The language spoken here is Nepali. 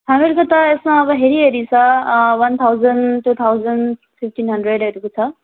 हामीहरूको त यसमा अब हेरी हेरी छ one thousand two thousand fifteen हन्ड्रेडहरूको छ